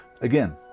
Again